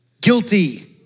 Guilty